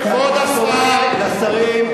כבוד השר,